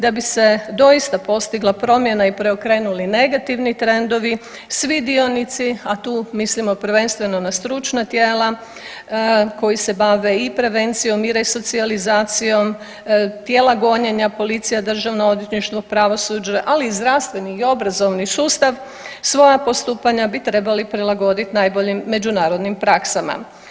Da bi se doista postigla promjena i preokrenuli negativni trendovi svi dionici, a tu mislimo prvenstveno na stručna tijela koji se bave i prevencijom i resocijalizacijom, tijela gonjenja policija, državno odvjetništvo, pravosuđe, ali i zdravstveni i obrazovni sustav svoja postupanja bi trebali prilagoditi najboljim međunarodnim praksama.